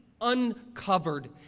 uncovered